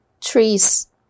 Trees